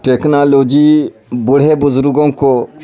technology بوڑھے بزرگوں کو